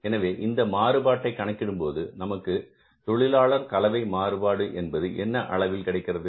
எனவே இந்த மாறுபாட்டை கணக்கிடும்போது நமக்கு தொழிலாளர் கலவை மாறுபாடு என்பது என்ன அளவில் கிடைக்கிறது